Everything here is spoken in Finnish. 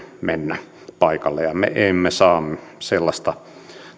mennä paikalle me emme saa sellaista